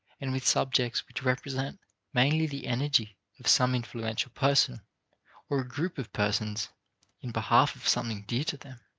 and with subjects which represent mainly the energy of some influential person or group of persons in behalf of something dear to them,